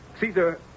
Caesar